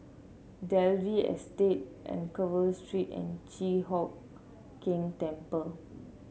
Dalvey Estate Anchorvale Street and Chi Hock Keng Temple